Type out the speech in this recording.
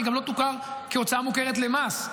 היא גם לא תוכר כהוצאה מוכרת למס.